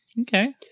Okay